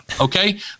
Okay